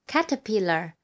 Caterpillar